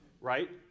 right